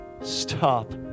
stop